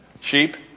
Sheep